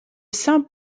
saint